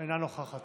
אינה נוכחת